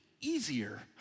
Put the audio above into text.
easier